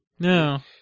No